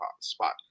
spot